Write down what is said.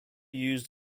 used